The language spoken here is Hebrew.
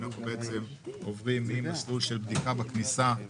אנחנו עוברים ממסלול של בדיקה של כל מוצר בכניסה למדינה,